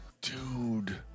dude